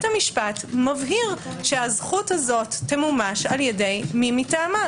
המשפט מבהיר שהזכות הזו תמומש על ידי מי מטעמה,